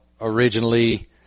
originally